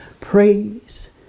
praise